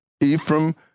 Ephraim